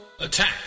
Attack